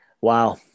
Wow